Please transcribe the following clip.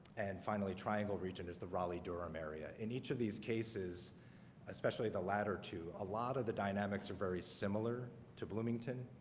and finally triangle region is the raleigh-durham area in each of these cases especially the latter two a lot of the dynamics are very similar to bloomington.